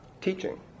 teaching